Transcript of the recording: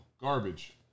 garbage